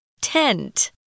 Tent